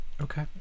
Okay